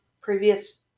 previous